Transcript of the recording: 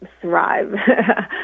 thrive